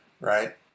right